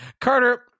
Carter